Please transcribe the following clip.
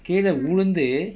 கீழே விழுந்து:kizhae vizhunthu